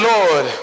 Lord